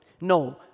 No